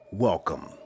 Welcome